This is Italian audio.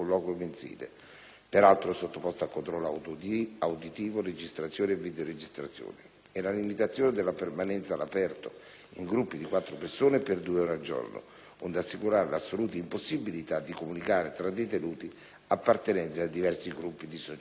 (peraltro sottoposto a controllo auditivo, registrazione e videoregistrazione) e la limitazione della permanenza all'aperto in gruppi di quattro persone e per due ore al giorno, onde assicurare l'assoluta impossibilità di comunicare tra detenuti appartenenti a diversi gruppi di socialità.